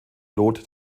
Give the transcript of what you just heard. lot